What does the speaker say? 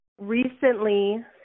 Recently